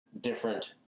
different